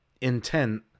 intent